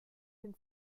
dem